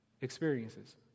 experiences